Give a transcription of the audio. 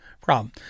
problem